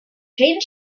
changed